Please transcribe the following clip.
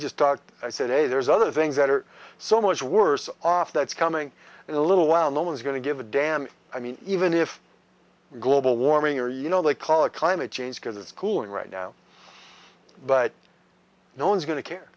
just said hey there's other things that are so much worse off that's coming in a little while no one's going to give a damn i mean even if global warming or you know they call it climate change because it's cooling right now but no one's going to care